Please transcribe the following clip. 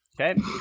Okay